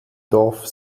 dorf